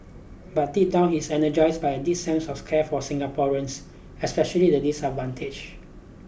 but deep down he is energized by a deep sense of care for Singaporeans especially the disadvantage